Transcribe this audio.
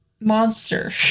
Monster